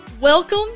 welcome